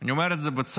אני אומר את זה בצער,